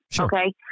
okay